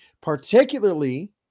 particularly